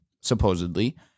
supposedly